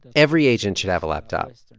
every agent should have a laptop.